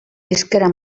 hizkera